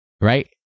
right